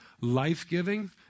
life-giving